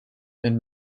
and